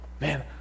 Man